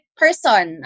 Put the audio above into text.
person